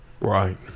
Right